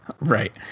Right